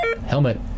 Helmet